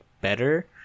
better